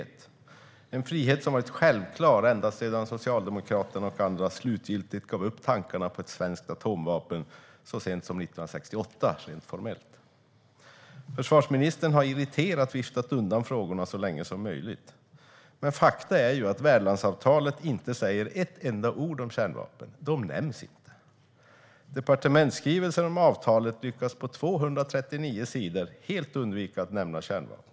Det är en frihet som varit självklar ända sedan Socialdemokraterna och andra slutgiltigt gav upp tankarna på ett svenskt atomvapen, så sent som 1968 rent formellt. Försvarsministern har irriterat viftat undan frågorna så länge som möjligt. Men fakta är att värdlandsavtalet inte säger ett enda ord om kärnvapen; de nämns inte. Departementsskrivelsen om avtalet lyckas på 239 sidor helt undvika att nämna kärnvapen.